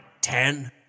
ten